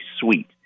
sweet